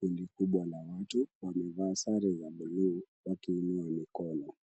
Kundi kubwa la watu wamevaa sare za buluu, wakiinua mikono.